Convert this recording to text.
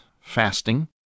fasting